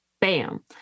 bam